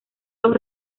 los